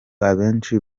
abenshi